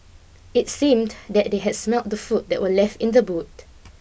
it seemed that they had smelt the food that were left in the boot